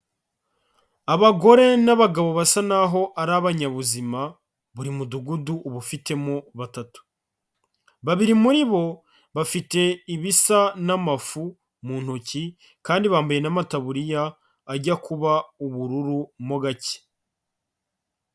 Abagore n'abagabo basa n'aho ari abanyabuzima, buri mudugudu uba ufitemo batatu, babiri muri bo bafite ibisa n'amafu mu ntoki, kandi bambaye n'amataburiya ajya kuba ubururu mo gake.